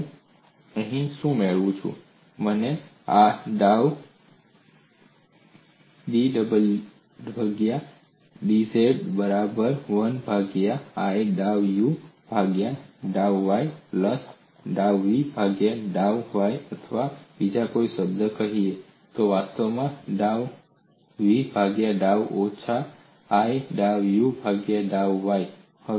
તો હું અહીં શું મેળવીશ મને આ dw ભાગ્યા dz બરાબર 1 ભાગ્યા i ડાઉ u ભાગ્યા ડાઉ y plus ડાઉ v ભાગ્યા ડાઉ y અથવા બીજા શબ્દોમાં કહીએ તો તે વાસ્તવમાં ડાઉ v ભાગ્યા ડાઉ y ઓછા i ડાઉ u ભાગ્યા ડાઉ y